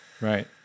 right